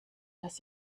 dass